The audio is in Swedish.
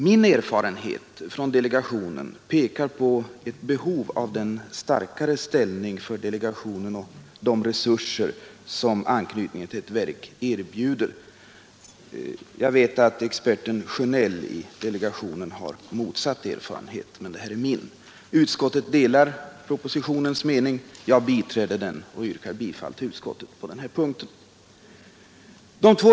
Min erfarenhet från delegationen pekar på ett behov av den starkare ställning för delegationen och de resurser som anknytningen till ett verk erbjuder. Jag vet att experten Sjönell i delegationen har motsatt erfarenhet, men det här är min. Utskottet delar propositionens mening, och jag yrkar bifall till utskottet på denna punkt.